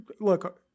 look